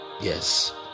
Yes